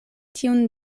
tiun